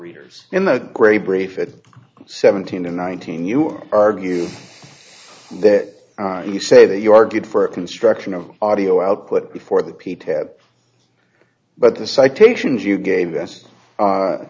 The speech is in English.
readers in the grey brief at seventeen and nineteen you argue that you say that you argued for a construction of audio output before the p t but the citations you gave us